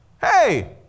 hey